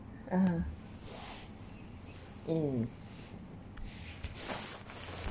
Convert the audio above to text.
(uh huh) mm